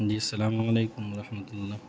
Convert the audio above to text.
جی السلام علیکم و رحمتہ اللہ